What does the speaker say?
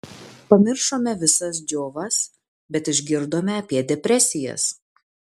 pamiršome visas džiovas bet išgirdome apie depresijas